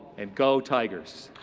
and go tigers!